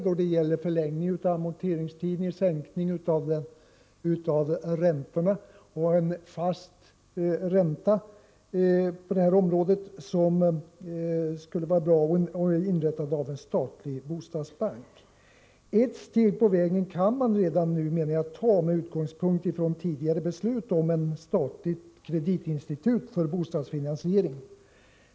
Det har gällt förlängning av amorteringstiden, sänkning av räntorna — en fast ränta på det här området skulle vara bra — och inrättandet av en statlig bostadsbank. Ett steg på vägen kan man ta redan nu, menar jag, med utgångspunkt i tidigare beslut om ett statligt kreditinstitut för bostadsfinansiering.